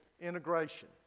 integration